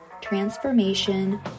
transformation